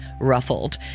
ruffled